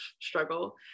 struggle